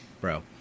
bro